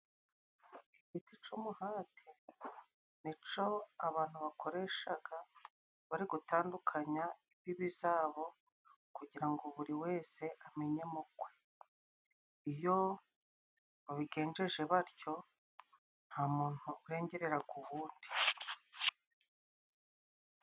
Igiti c'umuhate nico abantu bakoreshaga bari gutandukanya imbibi zabo, kugira ngo buri wese amenye mukwe. Iyo babigenjeje batyo nta muntu urengereraga uwundi.